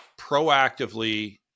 proactively